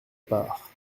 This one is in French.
part